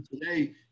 today